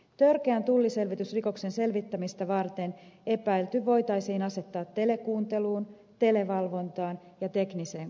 törkeän tulliselvitysrikoksen selvittämistä varten epäilty voitaisiin asettaa telekuunteluun televalvontaan ja tekniseen kuunteluun